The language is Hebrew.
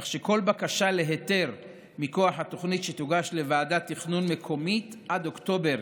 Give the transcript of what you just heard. כך שכל בקשה להיתר מכוח התוכנית שתוגש לוועדת תכנון מקומית עד אוקטובר